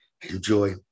Enjoy